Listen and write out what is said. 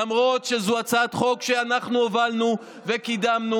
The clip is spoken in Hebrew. למרות שזו הצעת חוק שאנחנו הובלנו וקידמנו,